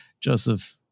Joseph